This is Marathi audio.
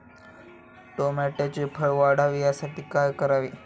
टोमॅटोचे फळ वाढावे यासाठी काय करावे?